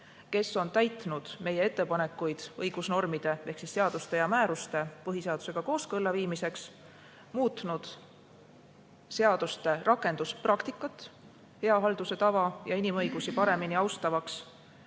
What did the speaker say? kes on arvestanud meie ettepanekuid õigusnormide ehk seaduste ja määruste põhiseadusega kooskõlla viimiseks, muutnud seaduste rakendamise praktikat hea halduse tava ja inimõigusi paremini austavaks